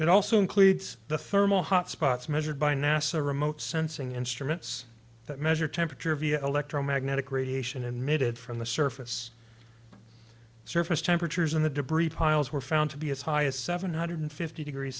that also includes the thermal hot spots measured by nasa remote sensing instruments that measure temperature via electromagnetic radiation emitted from the surface surface temperatures in the debris piles were found to be as high as seven hundred fifty degrees